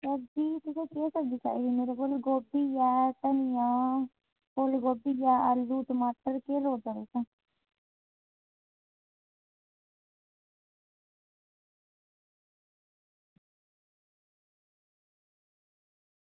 आं जी तुसें केह् सब्ज़ी चाहिदी ऐ मेरे कोल गोभी धनियां फुल्ल गोभी ऐ आलू टमाटर केह् लोड़दा तुसें